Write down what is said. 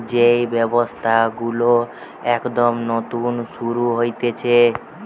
যেই ব্যবসা গুলো একদম নতুন শুরু হতিছে